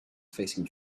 facing